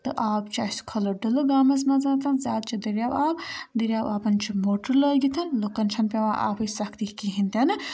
تہٕ آب چھِ اَسہِ کھُلہٕ ڈُلہٕ گامَس منٛز زیادٕ چھِ دٔریاو آب دٔریاو آبَن چھِ موٹر لٲگِتھ لُکَن چھَنہٕ پٮ۪وان آبٕچ سختی کِہیٖنۍ تہِ نہٕ